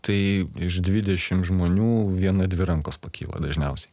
tai iš dvidešim žmonių viena dvi rankos pakyla dažniausiai